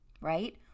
right